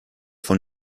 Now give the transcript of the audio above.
von